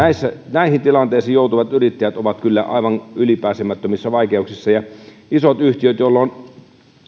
näihin tilanteisiin joutuneet yrittäjät ovat kyllä aivan ylipääsemättömissä vaikeuksissa isot yhtiöthän joilla on